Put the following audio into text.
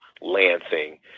Lansing